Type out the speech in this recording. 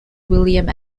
william